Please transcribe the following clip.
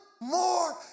more